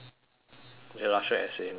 illustrate as in design